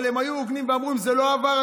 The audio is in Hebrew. אבל הם היו הוגנים ואמרו: אם זה לא עבר,